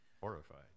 Horrified